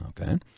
Okay